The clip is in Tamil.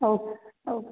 okay okay